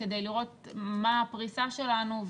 כדי לראות מה הפריסה שלנו.